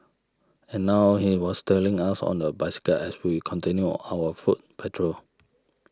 and now he was tailing us on a bicycle as we continued our foot patrol